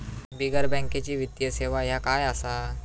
बिगर बँकेची वित्तीय सेवा ह्या काय असा?